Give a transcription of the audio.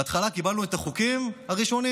בהתחלה קיבלנו את החוקים הראשונים,